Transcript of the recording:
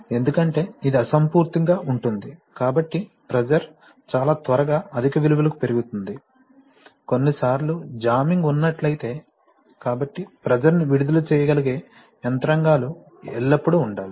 ఎందుకంటే ఇది అసంపూర్తిగా ఉంటుంది కాబట్టి ప్రెషర్ చాలా త్వరగా అధిక విలువలకు పెరుగుతుంది కొన్నిసార్లు జామింగ్ ఉన్నట్లయితే కాబట్టి ప్రెషర్ ని విడుదల చేయగలిగే యంత్రాంగాలు ఎల్లప్పుడూ ఉండాలి